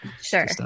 Sure